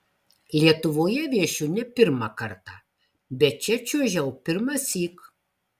lietuvoje viešiu ne pirmą kartą bet čia čiuožiau pirmąsyk